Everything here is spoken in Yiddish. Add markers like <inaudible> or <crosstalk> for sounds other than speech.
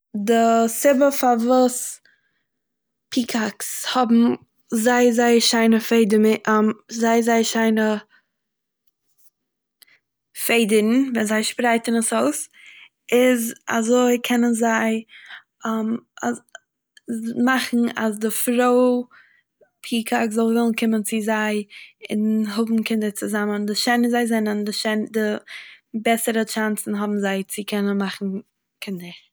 דער סיבה פארוואס פיקאקס האבן זייער זייער שיינע פעדעמער- זייער זייער שיינע... פעדערן ווען זיי שפרייטן עס אויס איז אזוי קענען זיי <hesitation> א- מאכן אז די פרוי פיקאק זאל ווילן קומען צו זיי און האבן קינדער צוזאמען די שענער זיי זענען די בעסערע טשאנס'ן האבן זיי צו קענען מאכן קינדער.